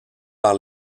par